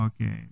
Okay